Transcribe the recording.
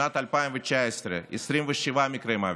שנת 2019, 27 מקרי מוות,